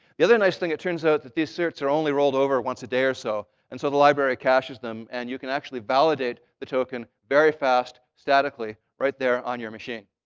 the other nice thing, it turns out that these certs are only rolled over once a day or so, and so the library caches them. and you can actually validate the token very fast statically, right there on your machine.